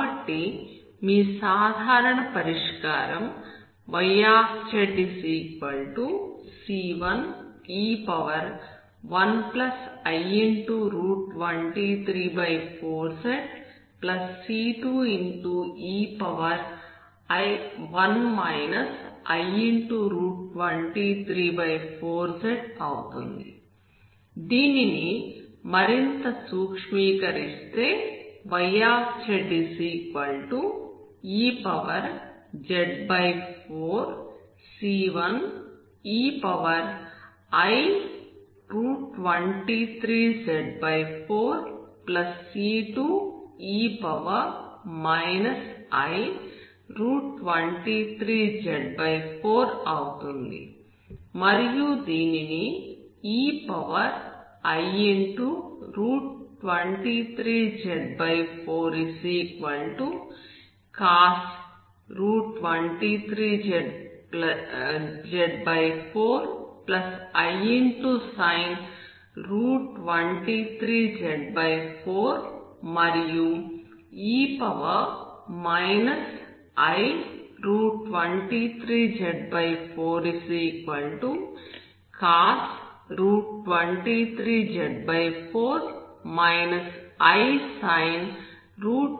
కాబట్టి మీ సాధారణ పరిష్కారం yzc1e1i234zc2e1 i234z అవుతుంది దీనిని మరింత సూక్ష్మీకరిస్తే yzez4c1ei23z4c2e i23z4 అవుతుంది మరియు దీనిని ei23z4cos 23z4 i sin 23z4 మరియు e i23z4cos 23z4 i sin 23z4 గా